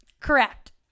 Correct